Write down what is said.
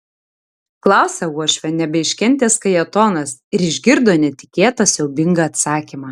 klausia uošvio nebeiškentęs kajetonas ir išgirdo netikėtą siaubingą atsakymą